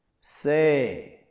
Say